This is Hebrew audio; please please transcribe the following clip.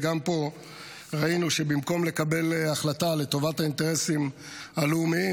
וגם פה ראינו שבמקום לקבל החלטה לטובת האינטרסים הלאומיים,